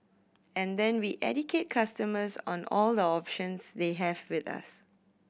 and then we educate customers on all the options they have with us